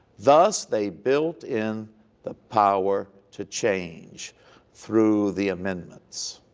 thus they built in the power to change through the amendments